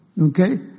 Okay